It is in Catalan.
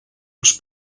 les